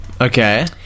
okay